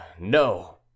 no